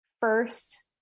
first